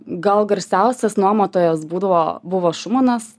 gal garsiausias nuomotojas būdavo buvo šumanas